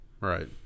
Right